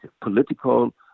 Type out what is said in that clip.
political